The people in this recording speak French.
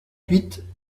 huit